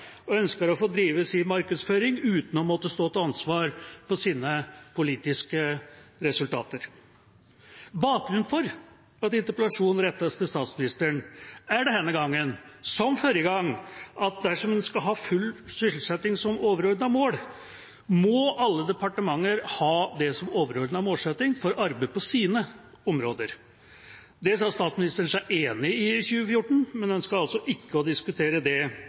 og ønsker å få drive sin markedsføring uten å måtte stå til ansvar for sine politiske resultater. Bakgrunnen for at interpellasjonen rettes til statsministeren, er denne gangen, som forrige gang, at dersom en skal ha full sysselsetting som overordnet mål, må alle departementer ha det som overordnet målsetting for arbeidet på sine områder. Det sa statsministeren seg enig i i 2014, men ønsker altså ikke å diskutere det